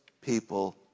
people